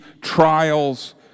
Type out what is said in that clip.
trials